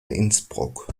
innsbruck